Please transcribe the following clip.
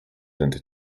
into